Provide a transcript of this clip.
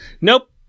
nope